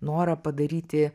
norą padaryti